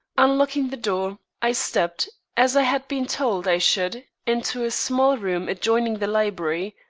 unlocking the door, i stepped, as i had been told i should, into a small room adjoining the library.